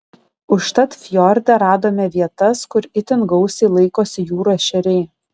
užtat fjorde radome vietas kur itin gausiai laikosi jūrų ešeriai